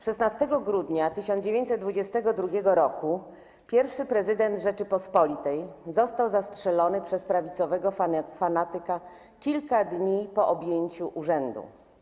16 grudnia 1922 r. pierwszy prezydent Rzeczypospolitej został zastrzelony przez prawicowego fanatyka kilka dni po objęciu urzędu.